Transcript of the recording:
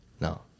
No